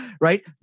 right